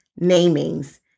namings